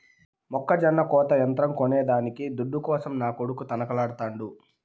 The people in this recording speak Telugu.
మొక్కజొన్న కోత యంత్రం కొనేదానికి దుడ్డు కోసం నా కొడుకు తనకలాడుతాండు